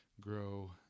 grow